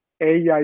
AI